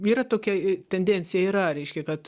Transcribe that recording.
yra tokia tendencija yra reiškia kad